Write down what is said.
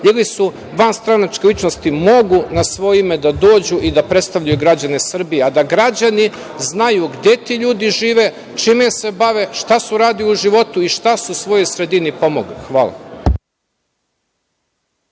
ili su vanstranačke ličnosti, mogu na svoje ime da dođu i da predstavljaju građane Srbije, a da građani znaju gde ti ljudi žive, čime se bave, šta su radili u životu i šta su svojoj sredini pomogli. Hvala.